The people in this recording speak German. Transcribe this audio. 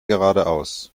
geradeaus